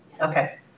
Okay